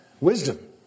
wisdom